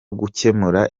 gukemura